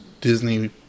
Disney